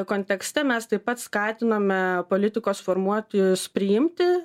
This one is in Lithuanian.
kontekste mes taip pat skatinome politikos formuotojus priimti